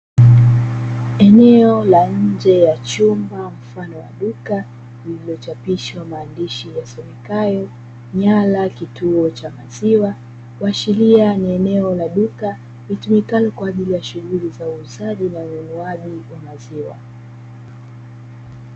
Eneo la njee ya chumba mfano wa duka lililochapishwa maandishi yasomekayo “Nyala kituo cha maziwa”, kuashiria ni eneo la duka litumikalo kwaajili ya shughuli za uuzaji na ununuaji wa maziwa.